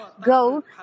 Go